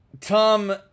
Tom